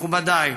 מכובדיי,